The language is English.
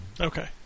Okay